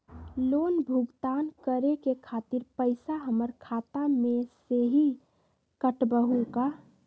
Loan भुगतान करे के खातिर पैसा हमर खाता में से ही काटबहु का?